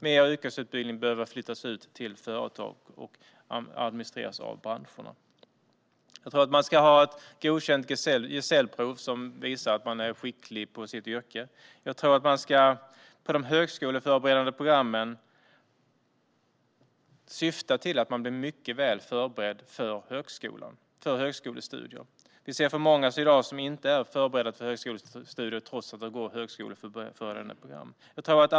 Mer yrkesutbildning behöver flyttas ut till företag och administreras av branscherna. Man ska ha ett godkänt gesällprov som visar att man är skicklig på sitt yrke. De högskoleförberedande programmen ska göra att man blir väl förberedd för högskolestudier. I dag ser vi för många som inte är förberedda för högskolestudier trots att de går högskoleförberedande program.